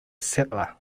settler